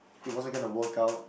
it wasn't going to work out